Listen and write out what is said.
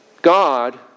God